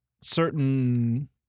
certain